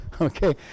okay